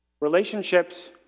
Relationships